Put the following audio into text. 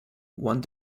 one